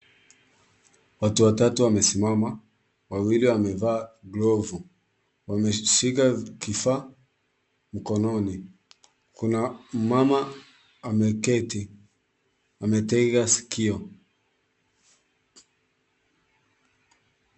Watu watatu wamesimama. Wawili wamevaa glovu. Wameshika kifaa mkononi. Kuna mmama ameketi. Ametega sikio.